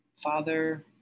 father